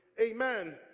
amen